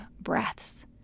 breaths